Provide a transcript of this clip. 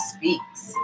Speaks